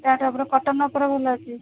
ତା'ଠୁ ଉପରେ କଟନ୍ ଉପରେ ଭଲ ଅଛି